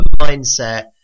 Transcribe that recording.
mindset